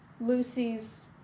lucy's